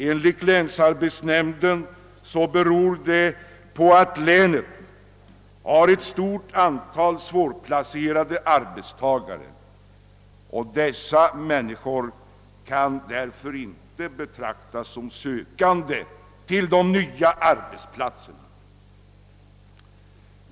Enligt länsarbetsnämnden beror detta på att länet har ett stort antal svårplacerade arbetstagare som inte kan betraktas som sökande till de nya arbetsplatserna.